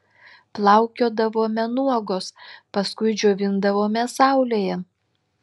plaukiodavome nuogos paskui džiovindavomės saulėje